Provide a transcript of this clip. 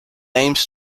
aims